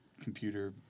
computer